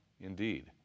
indeed